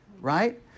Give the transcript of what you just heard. right